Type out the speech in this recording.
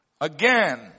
again